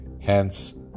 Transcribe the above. hence